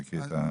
תקריא.